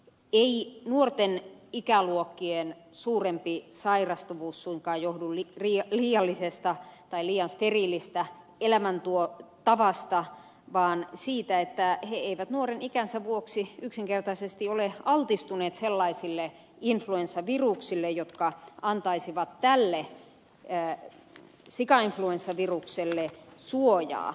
ei nuorten ikäluokkien suurempi sairastavuus suinkaan johdu liian steriilistä elämäntavasta vaan siitä että he eivät nuoren ikänsä vuoksi yksinkertaisesti ole altistuneet sellaisille influenssaviruksille jotka antaisivat tälle sikainfluenssavirukselle suojaa